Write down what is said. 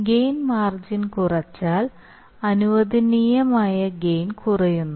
gain margin കുറച്ചാൽ അനുവദനീയമായ gain കുറയുന്നു